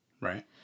Right